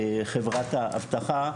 חברת האבטחה,